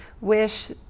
wish